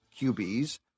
qbs